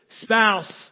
spouse